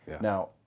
Now